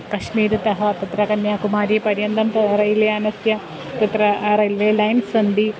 कश्मीरतः तत्र कन्याकुमारीपर्यन्तं तु रैल् यानस्य तत्र रैल्वे लैन्स् सन्ति